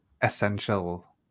essential